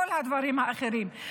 כל הדברים האחרים.